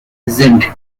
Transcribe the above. sind